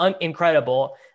incredible